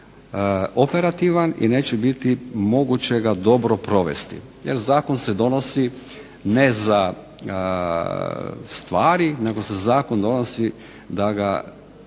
operativan i neće biti moguće ga dobro provesti jer zakon se donosi ne za stvari, nego se zakon donosi za